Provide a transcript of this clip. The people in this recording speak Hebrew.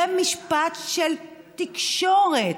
זה משפט של תקשורת,